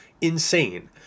insane